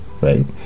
right